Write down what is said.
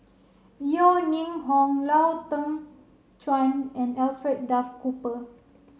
Yeo Ning Hong Lau Teng Chuan and Alfred Duff Cooper